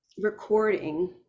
recording